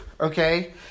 okay